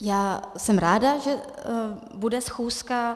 Já jsem ráda, že bude schůzka.